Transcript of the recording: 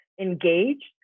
engaged